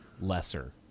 lesser